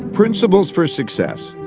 principles for success.